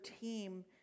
team